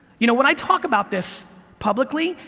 you know, when i talk about this publicly,